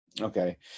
Okay